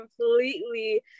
completely